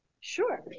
Sure